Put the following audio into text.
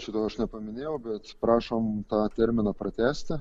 šito aš nepaminėjau bet prašom tą terminą pratęsti